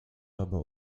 dabei